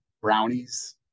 brownies